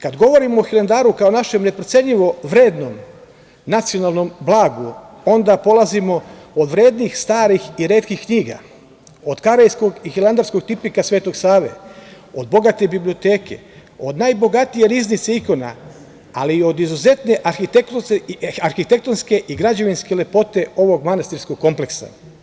Kada govorimo o Hilandaru kao našem neprocenljivo vrednom nacionalnom blagu, onda polazimo od vrednih, starih i retkih knjiga, od Karejskog i Hilandarskog tipika Svetog Save, od bogate biblioteke, od najbogatije riznice ikona, ali i od izuzetne arhitektonske i građevinske lepote ovog manastirskog kompleksa.